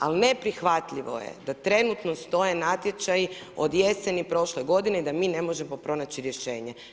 Ali neprihvatljivo je da trenutno stoje natječaji od jeseni prošle godine i da mi ne možemo pronaći rješenje.